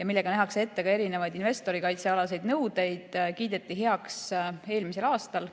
ja millega nähakse ette erinevaid investorikaitsealaseid nõudeid, kiideti heaks eelmisel aastal